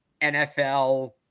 NFL